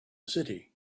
city